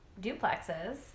duplexes